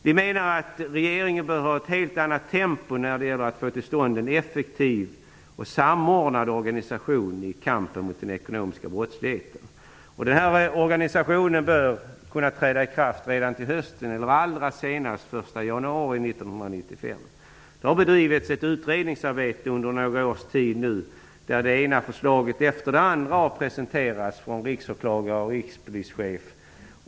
Vi menar att regeringen bör ha ett helt annat tempo när det gäller att få till stånd en effektiv och samordnad organisation i kampen mot den ekonomiska brottsligheten. Denna organisation bör kunna träda i kraft till hösten eller allra senast den 1 januari 1995. Det har under några års tid bedrivits ett utredningsarbete där det ena förslaget efter det andra har presenterats av riksåklagare och rikspolischef.